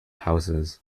houses